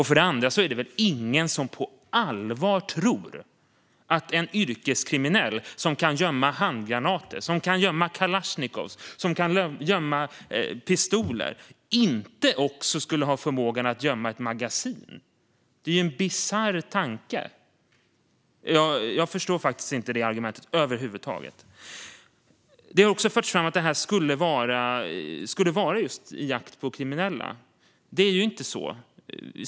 För det andra är det väl ingen som på allvar tror att en yrkeskriminell som kan gömma handgranater, kalasjnikovs och pistoler inte skulle ha förmågan att gömma ett magasin. Det är en bisarr tanke, och jag förstår faktiskt inte det argumentet över huvud taget. Det har också förts fram att det här skulle ske just i jakt på kriminella. Men det är ju inte så.